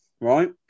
right